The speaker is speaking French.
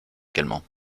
également